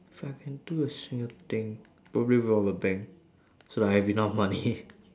if I can do a single thing probably rob a bank so like I have enough money